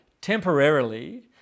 temporarily